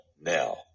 now